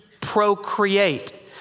procreate